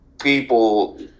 people